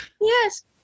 yes